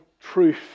truth